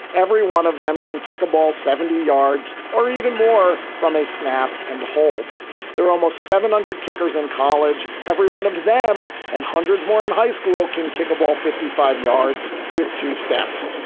every one of them can kick a ball seventy yards or even more from a snap and hold their almost seven hundred kickers in college. every one of them and hundreds more in high school can kick a ball fifty five yards with two steps.